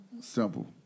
simple